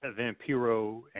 Vampiro